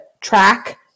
track